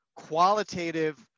qualitative